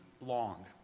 long